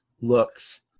looks